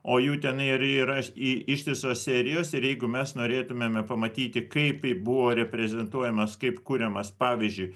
o jų tenai ir yra i ištisos serijos ir jeigu mes norėtumėme pamatyti kaip buvo reprezentuojamas kaip kuriamas pavyzdžiui